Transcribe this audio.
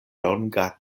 longa